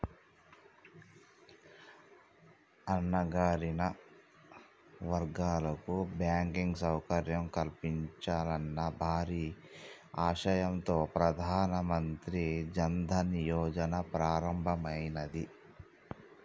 అణగారిన వర్గాలకు బ్యాంకింగ్ సౌకర్యం కల్పించాలన్న భారీ ఆశయంతో ప్రధాన మంత్రి జన్ ధన్ యోజన ప్రారంభమైనాది